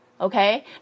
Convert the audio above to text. Okay